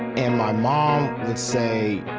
and my mom would say,